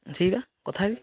ସେଇବା କଥା ହେବି